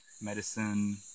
medicine